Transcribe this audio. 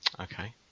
Okay